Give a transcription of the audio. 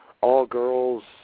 all-girls